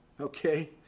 Okay